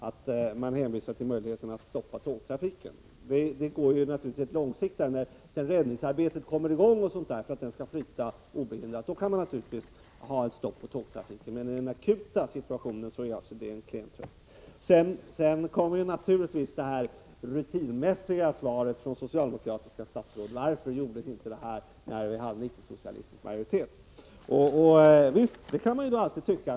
Den kan naturligtvis ha en betydelse långsiktigt, när räddningsarbetet har kommit i gång. För att det arbetet skall flyta obehindrat kan man givetvis stoppa tågtrafiken, men i den akuta situationen är denna möjlighet en klen tröst. Självfallet kom sedan det rutinmässiga svaret från socialdemokratiska statsråd: Varför gjordes inte detta när vi hade en icke-socialistisk majoritet? Visst, det kan man alltid fråga.